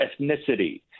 ethnicity